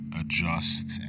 adjust